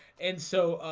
and so